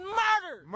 murder